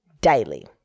daily